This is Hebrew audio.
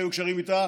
שהיו קשרים איתה,